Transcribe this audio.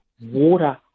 water